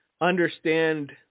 understand